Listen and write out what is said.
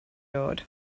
dod